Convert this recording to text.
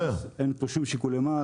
אין פה שום שיקולי מס.